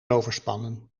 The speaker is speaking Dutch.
overspannen